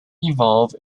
evolve